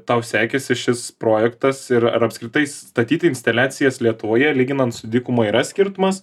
tau sekėsi šis projektas ir ar apskritai statyti instaliacijas lietuvoje lyginant su dykuma yra skirtumas